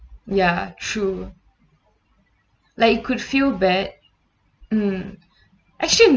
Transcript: ya true like you could feel bad mm actually